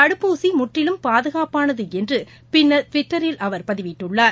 தடுப்பூசிமுற்றிலும் பாதுகாப்பானதுஎன்று பின்னர் டுவிட்டரில் அவர் பதிவிட்டுள்ளார்